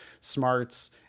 smarts